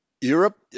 Europe